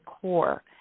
core